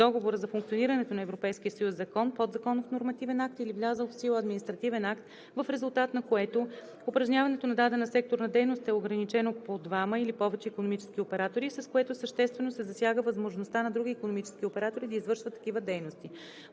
Договора за функционирането на Европейския съюз закон, подзаконов нормативен акт или влязъл в сила административен акт, в резултат на което упражняването нa дадена секторна дейност е ограничено до двама или повече икономически оператори и с което съществено се засяга възможността нa други икономически оператори дa извършват такава дейност.“;